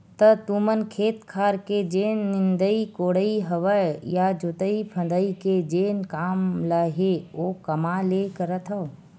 त तुमन खेत खार के जेन निंदई कोड़ई हवय या जोतई फंदई के जेन काम ल हे ओ कामा ले करथव?